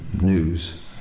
news